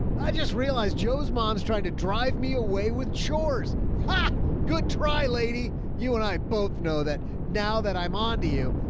i just realized joe's, mom's trying to drive me away with chores. ha good try lady. you and i both know that now that i'm onto you.